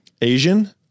Asian